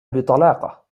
بطلاقة